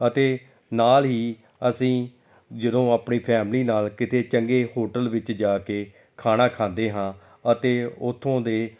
ਅਤੇ ਨਾਲ ਹੀ ਅਸੀਂ ਜਦੋਂ ਆਪਣੀ ਫੈਮਲੀ ਨਾਲ ਕਿਤੇ ਚੰਗੇ ਹੋਟਲ ਵਿੱਚ ਜਾ ਕੇ ਖਾਣਾ ਖਾਂਦੇ ਹਾਂ ਅਤੇ ਉੱਥੋਂ ਦੇ